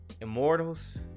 Immortals